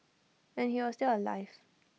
and he was still alive